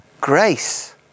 Grace